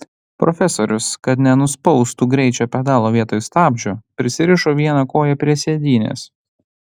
profesorius kad nenuspaustų greičio pedalo vietoj stabdžio prisirišo vieną koją prie sėdynės